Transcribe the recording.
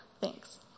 Thanks